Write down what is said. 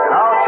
Now